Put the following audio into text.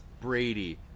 Brady